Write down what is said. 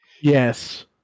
yes